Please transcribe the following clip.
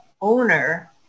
owner